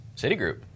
Citigroup